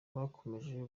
bakomeje